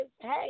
hey